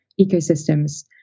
ecosystems